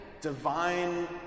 divine